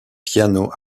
piano